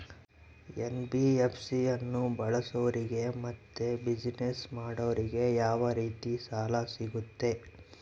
NBFC ಅನ್ನು ಬಳಸೋರಿಗೆ ಮತ್ತೆ ಬಿಸಿನೆಸ್ ಮಾಡೋರಿಗೆ ಯಾವ ರೇತಿ ಸಾಲ ಸಿಗುತ್ತೆ?